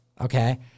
okay